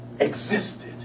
existed